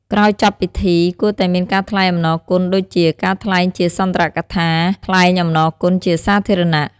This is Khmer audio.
ក្រោយចប់ពិធី គួរតែមានការថ្លែងអំណរគុណដូចជា ការថ្លែងជាសុន្ទរកថាថ្លែងអំណរគុណជាសាធារណៈ។